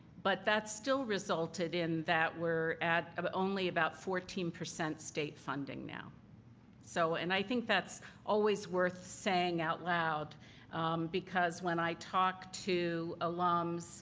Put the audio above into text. but that still resulted in that we're at ah but only about fourteen percent state funding now so. and i think that's always worth saying out loud because when i talked to alums,